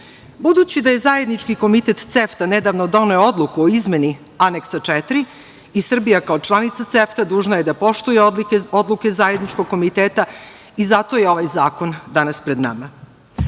robe. Budući da je zajednički komitet CEFTA nedavno doneo odluku o izmeni Aneksa 4 i Srbija kao članica CEFTA dužna je da poštuje odluke Zajedničkog komiteta i zato je ovaj zakon danas pred